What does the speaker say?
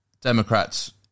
Democrats